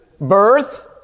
birth